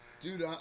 Dude